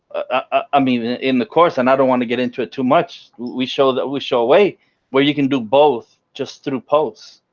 ah mean, in the course, and i don't want to get into it too much. we show that we show away where you can do both just through posts.